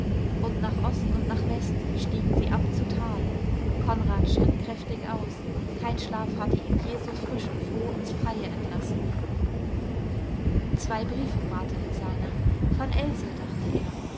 und nach ost und nach west stiegen sie ab zu tal konrad schritt kräftig aus kein schlaf hatte ihn je so frisch und froh ins freie entlassen zwei briefe warteten seiner von else dachte er